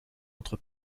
autre